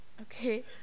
okay